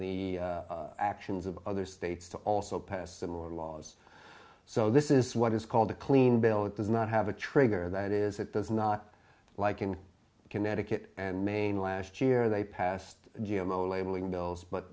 the actions of other states to also pass similar laws so this is what is called a clean bill it does not have a trigger that is it does not like in connecticut and maine last year they passed g m o labeling bills but